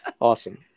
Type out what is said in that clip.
Awesome